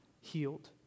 healed